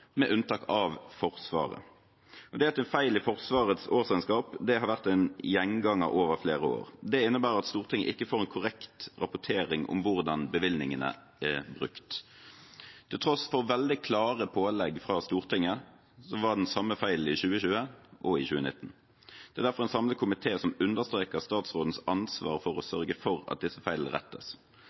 med unntak av Forsvaret. At det er en feil i Forsvarets årsregnskap, har vært en gjenganger over flere år. Det innebærer at Stortinget ikke får en korrekt rapportering om hvordan bevilgningene er brukt. Til tross for veldig klare pålegg fra Stortinget var det de samme feilene i 2020 og 2019. Det er derfor en samlet komité som understreker statsrådens ansvar for å sørge for at disse feilene rettes.